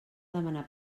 demanar